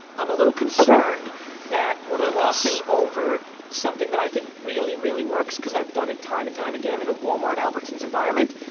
i'm a little concerned that we're glossing over focus. something that i think really, really works because i've done it time and time again in a walmart, albertsons environment.